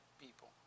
people